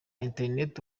internet